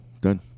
Done